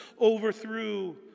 overthrew